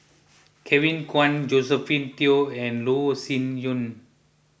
Kevin Kwan Josephine Teo and Loh Sin Yun